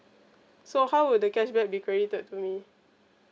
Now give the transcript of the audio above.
so how would the cashback be credited to me